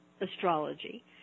astrology